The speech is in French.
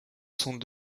sont